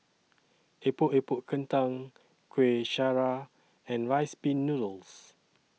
Epok Epok Kentang Kueh Syara and Rice Pin Noodles